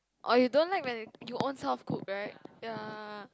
oh you don't like when it you own self cook right ya